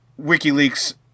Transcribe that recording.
WikiLeaks